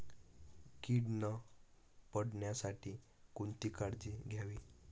कीड न पडण्यासाठी कोणती काळजी घ्यावी?